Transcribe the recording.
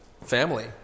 family